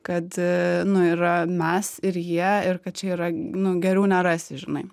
kad nu yra mes ir jie ir kad čia yra nu geriau nerasi žinai